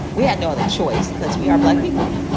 we had no other choice because we are black people.